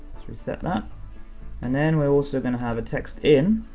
setting up. and then we're also gonna have a text in,